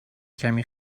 کمی